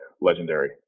Legendary